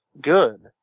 good